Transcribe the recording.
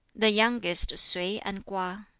the youngest sui and kwa.